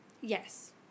Yes